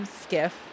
skiff